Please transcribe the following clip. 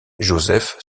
joseph